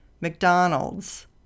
McDonald's